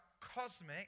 cosmic